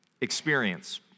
experience